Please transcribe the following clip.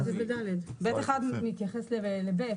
ב(1) מתייחס ל(ב),